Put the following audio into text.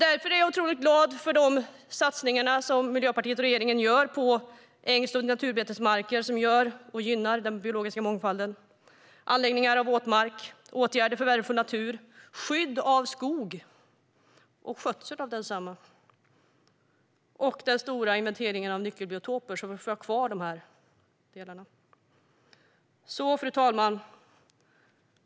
Därför är jag otroligt glad över de satsningar som Miljöpartiet och regeringen gör på ängs och naturbetesmarker. Det gynnar den biologiska mångfalden. Vidare satsas det på anläggningar av våtmark, på åtgärder för värdefull natur, på skydd av skötsel av skog och på den stora inventeringen av nyckelbiotoper. Fru talman!